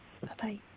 Bye-bye